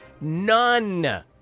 None